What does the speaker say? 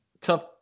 tough